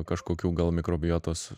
kažkokių gal mikrobiotos